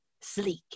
sleek